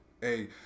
Hey